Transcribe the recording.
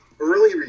Early